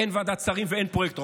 אין ועדת שרים ואין פרויקטור.